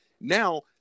now